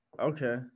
Okay